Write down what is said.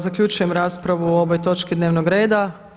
Zaključujem raspravu o ovoj točki dnevnog reda.